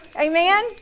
Amen